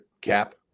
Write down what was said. cap